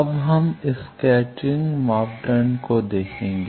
अब हम स्कैटरिंग मापदंडों को देखेंगे